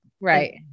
Right